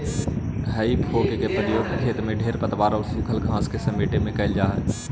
हेइ fork के प्रयोग खेत से खेर पतवार औउर सूखल घास के समेटे में कईल जा हई